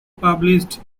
published